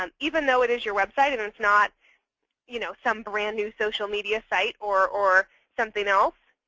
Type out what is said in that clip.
um even though it is your website and it's not you know some brand new social media site or or something else,